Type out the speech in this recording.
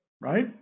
right